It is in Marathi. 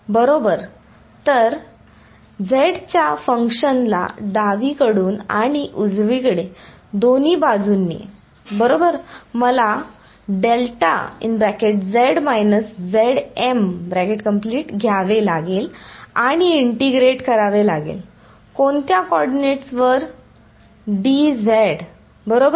बरोबर तर z च्या फंक्शन ला डावीकडून आणि उजवीकडे दोन्ही बाजूंनी बरोबर मला घ्यावे लागेल आणि इंटिग्रेट करावे लागेल कोणत्या कोऑर्डिनेट वर dz बरोबर